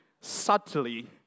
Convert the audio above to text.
subtly